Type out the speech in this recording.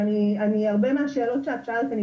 אני הרבה מהשאלות שאת שאלת,